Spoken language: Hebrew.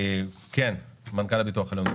כן, מנכ"ל הביטוח הלאומי,